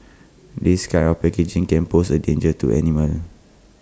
this kind of packaging can pose A danger to animals